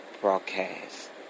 broadcast